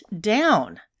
down